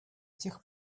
тех